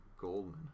Goldman